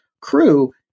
crew